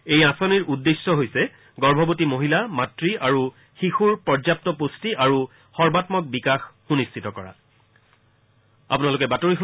এই আঁচনিৰ উদ্দেশ্য হৈছে গৰ্ভৱতী মহিলা মাতৃ আৰু শিশু পৰ্যাপ্ত পুষ্টি আৰু সৰ্বাংত্মক বিকাশ সুনিশ্চিত কৰাটো